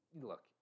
look